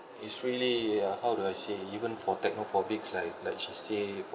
is really uh how do I say even for technophobics like like she say